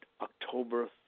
October